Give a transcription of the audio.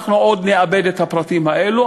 אנחנו עוד נעבד את הפרטים האלו.